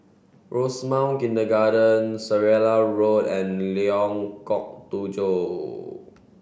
Rosemount Kindergarten Seraya Road and Lengkok Tujoh